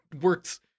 works